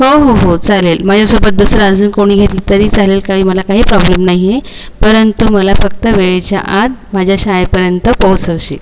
हो हो हो चालेल माझ्यासोबत दुसरं अजून कोणी घेतलं तरी चालेल काही मला काही प्रॉब्लेम नाही आहे परंतु मला फक्त वेळेच्या आत माझ्या शाळेपर्यंत पोहोचवशील